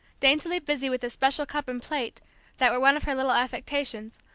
daintily busy with the special cup and plate that were one of her little affectations,